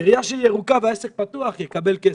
עירייה שהיא ירוקה והעסק פתוח יקבל כסף,